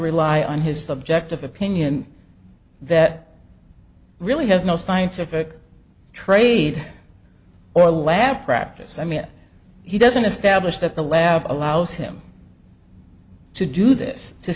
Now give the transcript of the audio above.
rely on his subjective opinion that really has no scientific trade or lab practice i mean he doesn't establish that the lab allows him to do this to